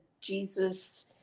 Jesus